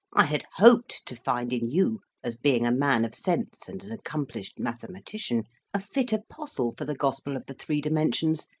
i had hoped to find in you as being a man of sense and an accomplished mathematician a fit apostle for the gospel of the three dimensions,